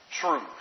truth